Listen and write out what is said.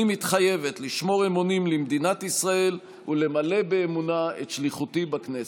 אני מתחייבת לשמור אמונים למדינת ישראל ולמלא באמונה את שליחותי בכנסת.